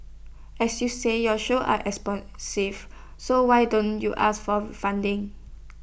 as you said your shows are expensive so why don't you ask for funding